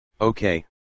Okay